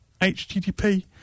HTTP